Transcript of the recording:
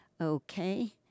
Okay